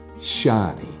shiny